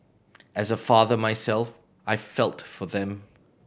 as a father myself I felt for them